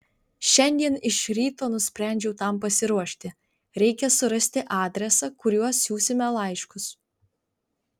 šiandien iš ryto nusprendžiau tam pasiruošti reikia surasti adresą kuriuo siųsime laiškus